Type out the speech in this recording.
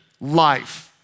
life